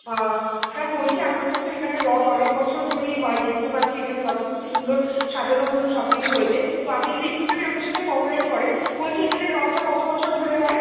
ও হ্যাঁ বলছি আপনাদের তো এখানে রথ অনেক বছর ধরেই হয় দেখতে পাচ্ছি এখানে রথের খুব সুন্দর সাজানো গোছানো সব কিছু হয়েছে তো আপনি যদি একটুখানি আমাদের সাথে কোঅপারেট করেন বলছি এখানে রথটা কত বছর ধরে হয়